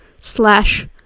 slash